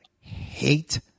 hate